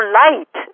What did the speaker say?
light